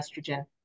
estrogen